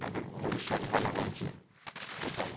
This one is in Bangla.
তাদের ভবিষ্যৎ ভালো হয়েছে এটাই